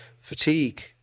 fatigue